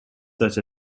such